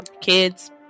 kids